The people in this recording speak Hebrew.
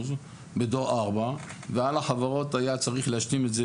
בדור 4 ועל החברות היה צריך להשלים את זה,